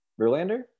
Verlander